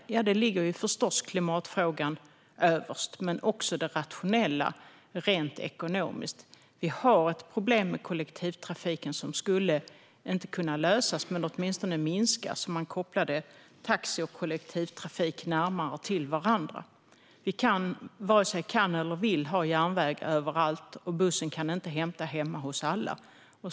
Klimatfrågan ligger förstås överst, men också det rationella rent ekonomiskt. Vi har ett problem med kollektivtrafiken som kanske inte skulle kunna lösas men åtminstone minskas om man kopplade taxi och kollektivtrafik närmare varandra. Vi varken kan eller vill ha järnväg överallt, och bussen kan inte hämta hemma hos alla.